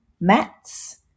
mats